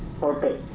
perfect.